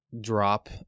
drop